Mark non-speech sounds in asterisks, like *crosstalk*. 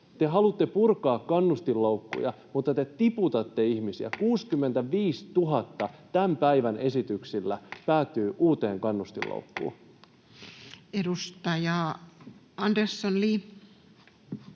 Te haluatte purkaa kannustinloukkuja, *noise* mutta te tiputatte ihmisiä sinne: 65 000 tämän päivän esityksillä päätyy uuteen kannustinloukkuun. Edustaja Andersson, Li.